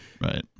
right